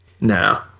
No